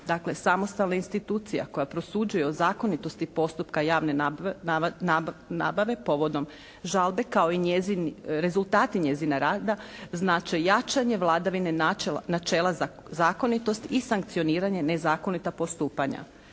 samostalna institucija koja prosuđuje o zakonitosti postupka javne nabave povodom žalbe kao i rezultati njezina rada znače jačanje vladavine načela zakonitost i sankcioniranje nezakonita postupanja.